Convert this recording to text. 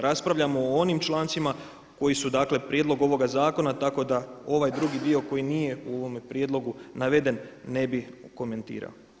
Raspravljamo o onim člancima koji su dakle prijedlog ovoga zakona tako da ovaj drugi dio koji nije u ovome prijedlogu naveden ne bi komentirao.